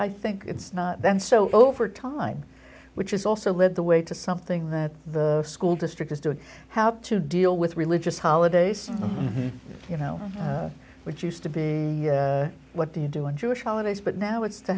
i think it's not then so over time which is also led the way to something that the school district is doing how to deal with religious holidays you know what used to be what to do in jewish holidays but now it's to